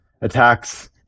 Attacks